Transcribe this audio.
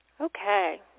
Okay